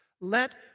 Let